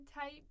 type